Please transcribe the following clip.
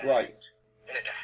Right